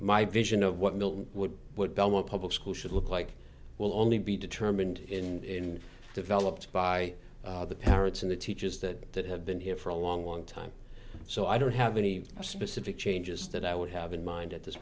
my vision of what milton would want public school should look like will only be determined in developed by the parents and the teachers that have been here for a long long time so i don't have any specific changes that i would have in mind at this